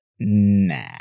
Nah